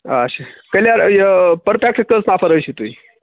اچھا کلیر یہِ پٔرفیکٹ کٔژ نَفر ٲسیِو تُہۍ